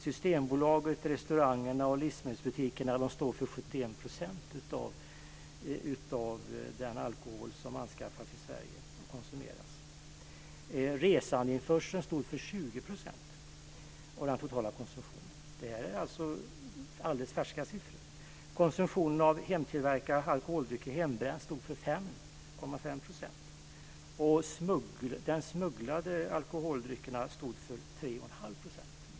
Systembolaget, restaurangerna och livsmedelsbutikerna står för 71 % av den alkohol som i Sverige anskaffas och konsumeras. Resandeinförseln står för 20 % av den totala konsumtionen. Detta är alldeles färska siffror. Konsumtionen av hemtillverkade alkoholdrycker, hembränt, står för 5,5 %, och de smugglade alkoholdryckerna står för 3 1⁄2 %.